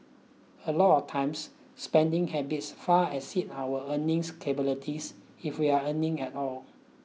a lot of times spending habits far exceed our earnings capabilities if we're earning at all